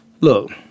Look